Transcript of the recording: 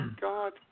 God